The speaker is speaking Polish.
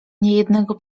niejednego